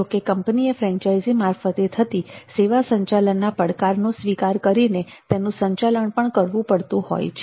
જોકે કંપનીએ ફ્રેન્ચાઇઝી મારફતે થતી સેવા સંચાલનના પડકારનો સ્વીકાર કરીને તેનું સંચાલન પણ કરવું પડતું હોય છે